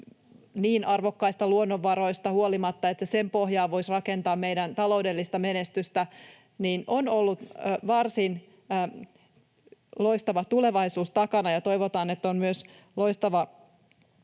niin arvokkaista luonnonvaroista, että niiden pohjaan voisi rakentaa meidän taloudellista menestystämme, on varsin loistava menneisyys takana, ja toivotaan, että on myös loistava